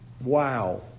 wow